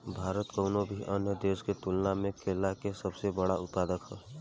भारत कउनों भी अन्य देश के तुलना में केला के सबसे बड़ उत्पादक ह